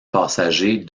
passager